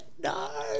No